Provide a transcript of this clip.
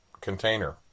container